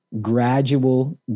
gradual